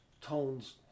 tones